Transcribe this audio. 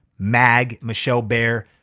mag, michelle bear.